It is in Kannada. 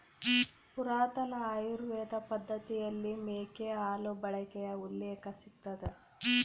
ಪುರಾತನ ಆಯುರ್ವೇದ ಪದ್ದತಿಯಲ್ಲಿ ಮೇಕೆ ಹಾಲು ಬಳಕೆಯ ಉಲ್ಲೇಖ ಸಿಗ್ತದ